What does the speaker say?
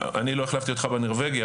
אני לא החלפתי אותך בנורבגי,